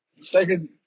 Second